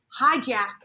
hijack